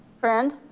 friend.